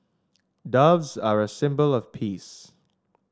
doves are a symbol of peace